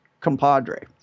compadre